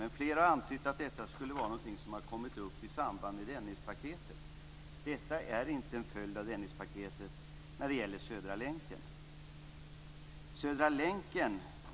Men flera talare har antytt att detta skulle vara något som har kommit upp i samband med Dennispaketet. Detta är inte en följd av Dennispaketet när det gäller Södra länken.